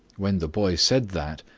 when the boy said that,